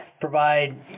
provide